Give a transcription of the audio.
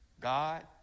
God